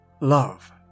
love